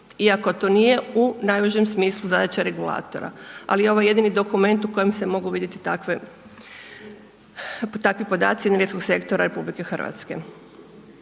iako to nije u najužem smislu zadaća regulatora. Ali, ovo je jedini dokument u kojem se mogu vidjeti takvi podaci energetskog sektora RH. Dakle,